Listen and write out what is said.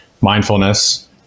mindfulness